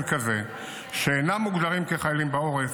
כזה שאינם מוגדרים כחיילים בעורף.